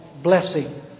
Blessing